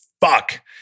fuck